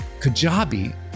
Kajabi